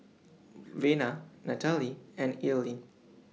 Vena Natalee and Earlene